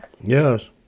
Yes